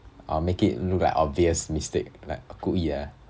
or make it look like obvious mistakes like a 姑爷